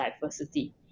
diversity